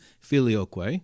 filioque